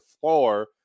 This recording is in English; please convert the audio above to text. floor